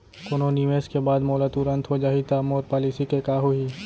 कोनो निवेश के बाद मोला तुरंत हो जाही ता मोर पॉलिसी के का होही?